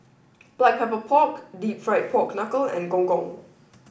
Black Pepper Pork Deep Fried Pork Knuckle and Gong Gong